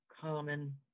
common